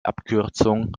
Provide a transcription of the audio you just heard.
abkürzung